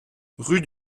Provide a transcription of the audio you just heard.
rue